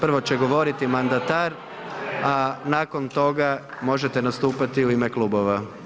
Prvo će govoriti mandatar a nakon toga možete nastupati u ime klubova.